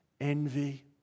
envy